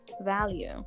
value